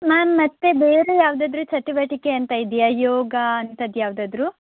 ma'am ಮತ್ತೆ ಬೇರೆ ಯಾವುದಾದ್ರೂ ಚಟುವಟಿಕೆ ಅಂತ ಇದೆಯಾ ಯೋಗ ಅಂಥದ್ದು ಯಾವುದಾದ್ರೂ